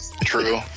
True